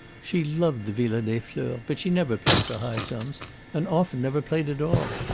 she loved the villa des fleurs, but she never played for high sums and often never played at all.